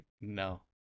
No